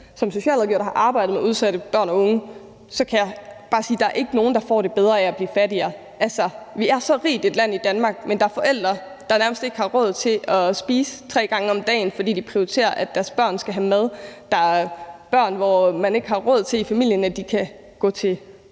Som socialrådgiver, der har arbejdet med udsatte børn og unge, kan jeg bare sige, at der ikke er nogen, der får det bedre af at blive fattigere. Altså, vi er så rigt et land i Danmark, men der er forældre, der nærmest ikke har råd til at spise tre gange om dagen, fordi de prioriterer, at deres børn skal have mad. Der er børn, hvis familier ikke har råd til, at de kan gå til